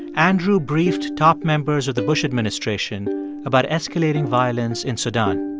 andrew briefed top members of the bush administration about escalating violence in sudan.